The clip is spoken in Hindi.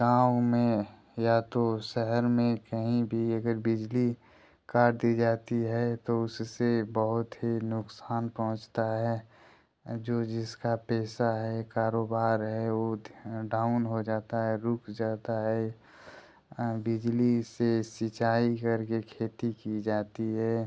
गाँव में या तो शहर में कहीं भी अगर बिजली काट दी जाती है तो उससे बहुत ही नुकसान पहुँचता है जो जिसका पैसा है कारोबार है वो डाउन हो जाता है रुक जाता है बिजली से सिंचाई करके खेती की जाती है